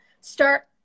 start